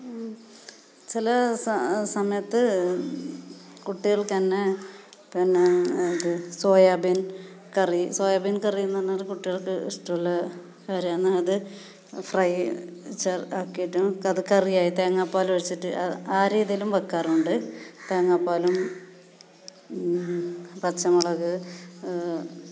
ചില സ സമയത്ത് കുട്ടികൾക്കു തന്നെ പിന്നെ ഇത് സോയാബീൻ കറി സോയാബീൻ കറിയെന്ന് പറഞ്ഞാൽ കുട്ടികൾക്ക് ഇഷ്ട്ടമുള്ള കറിയാന്ന് അത് ഫ്രൈ ചെറുതാക്കീട്ടും അത് കറി ആയി തേങ്ങ പാലൊഴിച്ചിട്ട് ആ രീതിയിലും വെക്കാറുണ്ട് തേങ്ങ പാലും പച്ചമുളക്